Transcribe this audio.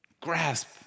Grasp